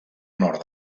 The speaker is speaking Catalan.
nord